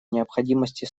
необходимости